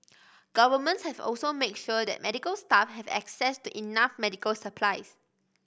governments have also made sure that medical staff have access to enough medical supplies